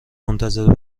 منتظر